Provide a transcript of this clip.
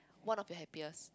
one of your happiest